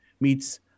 meets